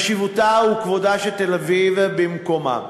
חשיבותה וכבודה של תל-אביב במקומם,